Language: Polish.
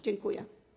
Dziękuję.